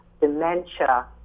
dementia